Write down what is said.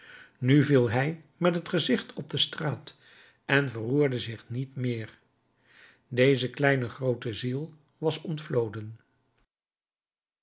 nu viel hij met het gezicht op de straat en verroerde zich niet meer deze kleine groote ziel was ontvloden